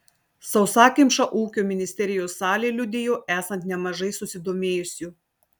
sausakimša ūkio ministerijos salė liudijo esant nemažai susidomėjusių